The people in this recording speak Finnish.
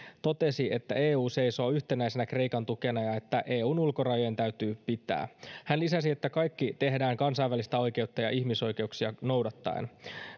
totesi että eu seisoo yhtenäisenä kreikan tukena ja että eun ulkorajojen täytyy pitää hän lisäsi että kaikki tehdään kansainvälistä oikeutta ja ihmisoikeuksia noudattaen